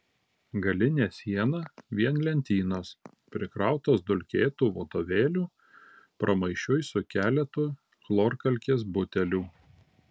galinė siena vien lentynos prikrautos dulkėtų vadovėlių pramaišiui su keletu chlorkalkės butelių